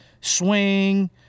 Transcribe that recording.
swing